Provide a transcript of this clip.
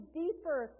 deeper